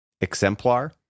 exemplar